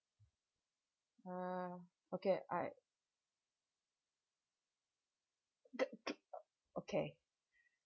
mm okay I okay